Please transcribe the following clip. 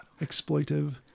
Exploitive